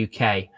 UK